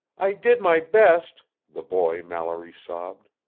i did my best, the boy mallory sobbed.